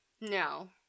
No